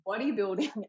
bodybuilding